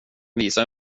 visa